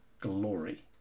glory